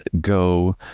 go